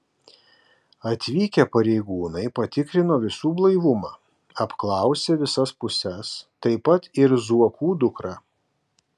atvykę pareigūnai patikrino visų blaivumą apklausė visas puses taip pat ir zuokų dukrą